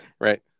right